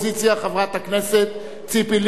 חברת הכנסת ציפי לבני.